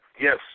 yes